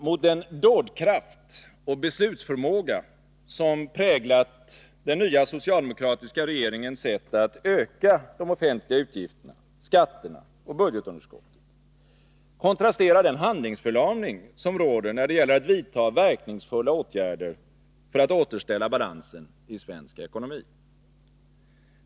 Mot den dådkraft och beslutsförmåga som präglat den nya socialdemokratiska regeringens sätt att öka de offentliga utgifterna, skatterna och budgetunderskottet kontrasterar den handlingsförlamning som råder när det gäller att vidta verkningsfulla åtgärder för att återställa balansen i svensk ekonomi.